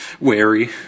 wary